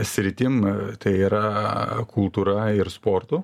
sritim tai yra kultūra ir sportu